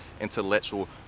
intellectual